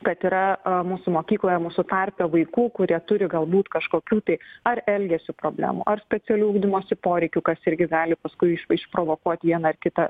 kad yra mūsų mokykloje mūsų tarpe vaikų kurie turi galbūt kažkokių tai ar elgesio problemų ar specialių ugdymosi poreikių kas irgi gali paskui iš išprovokuot vieną ar kitą